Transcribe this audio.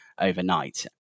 overnight